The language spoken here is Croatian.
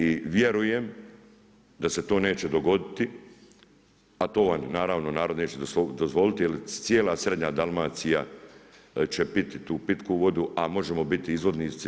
I vjerujem da se to neće dogoditi, a to vam je naravno narod neće dozvoliti jer cijela srednja Dalmacija će piti tu pitku vodu, a možemo biti izvoznici.